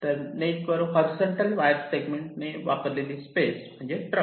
तर नेट वर horizontal wire segment ने वापरलेली स्पेस म्हणजे ट्रंक